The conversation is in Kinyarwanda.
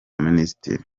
minisitiri